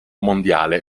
mondiale